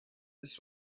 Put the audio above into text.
this